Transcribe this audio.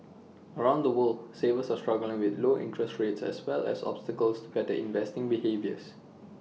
around the world savers are struggling with low interest rates as well as obstacles to better investing behaviours